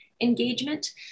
engagement